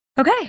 Okay